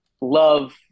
Love –